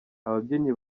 ababyinnyi